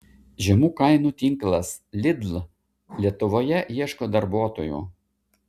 žemų kainų tinklas lidl lietuvoje ieško darbuotojų